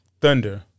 Thunder